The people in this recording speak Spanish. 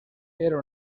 era